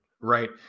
right